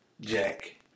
Jack